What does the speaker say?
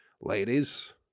ladies